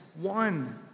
one